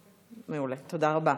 מעולה, תודה רבה.